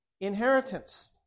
inheritance